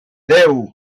dduw